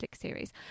series